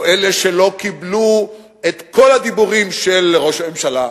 או אלה שלא קיבלו את כל הדיבורים של ראש הממשלה,